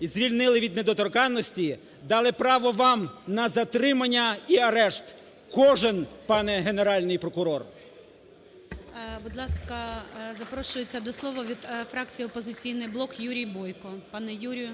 і звільнили від недоторканності дали право вам на затримання і арешт, кожен, пане Генеральний прокурор. ГОЛОВУЮЧИЙ. Будь ласка, запрошується до слова від фракції "Опозиційний блок" Юрій Бойко. Пане, Юрію,